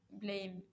blame